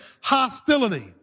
hostility